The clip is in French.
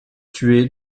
tuer